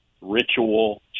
ritual